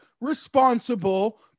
responsible